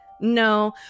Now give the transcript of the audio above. No